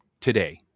today